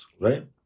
right